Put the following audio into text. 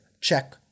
Check